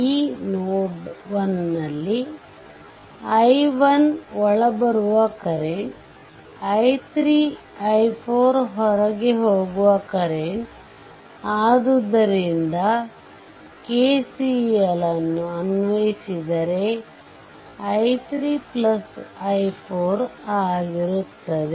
ಈ ನೋಡ್ 1 ನಲ್ಲಿ i1 ಒಳಬರುವ ಕರೆಂಟ್ ಮತ್ತು i3 i4 ಹೊರಹೋಗುವ ಕರೆಂಟ್ ಆದ್ದರಿಂದ KCL ಅನ್ನು ಅನ್ವಯಿಸಿದರೆ i3 i4 ಆಗಿರುತ್ತವೆ